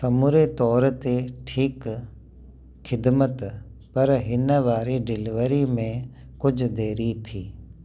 समूरे तौर ते ठीकु ख़िदमत पर हिन वारी डिलिवरी में कुझु देरी थी